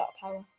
power